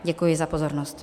Děkuji za pozornost.